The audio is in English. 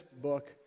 book